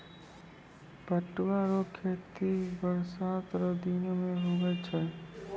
पटुआ रो खेती बरसात रो दिनो मे हुवै छै